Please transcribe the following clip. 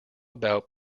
about